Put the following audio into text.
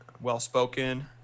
well-spoken